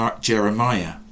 Jeremiah